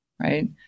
right